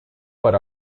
por